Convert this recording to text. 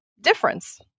difference